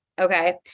Okay